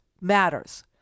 matters